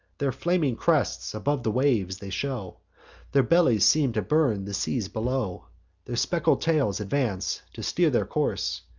their flaming crests above the waves they show their bellies seem to burn the seas below their speckled tails advance to steer their course,